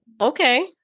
Okay